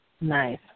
Nice